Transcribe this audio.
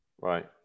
right